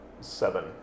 seven